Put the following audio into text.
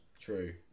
True